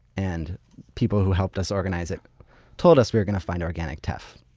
and people who helped us organize it told us we were going to find organic teff.